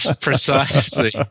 precisely